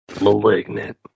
Malignant